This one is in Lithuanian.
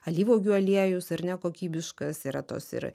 alyvuogių aliejus ar ne kokybiškas yra tos ir